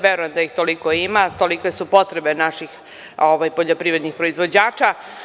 Verujem da ih toliko ima, tolike su potrebe naših poljoprivrednih proizvođača.